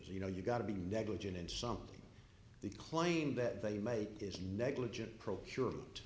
is you know you got to be negligent in something the claim that they made is negligent procurement